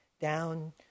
down